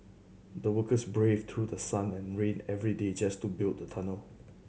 the workers braved through the sun and rain every day just to build the tunnel